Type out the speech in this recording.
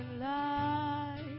light